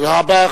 תודה רבה.